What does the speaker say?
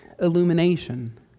illumination